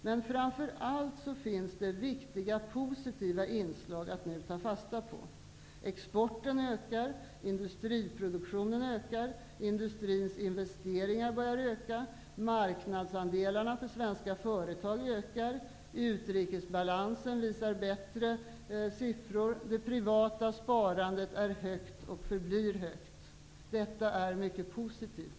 Men framför allt finns det viktiga positiva inslag att nu ta fasta på: Exporten ökar. Industriproduktionen ökar. Industrins investeringar börjar öka. Marknadsandelarna för svenska företag ökar. Utrikesbalansen visar bättre siffror. Det privata sparandet är högt och förblir högt. Detta är mycket positivt.